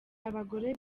abagore